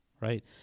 right